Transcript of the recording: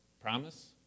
promise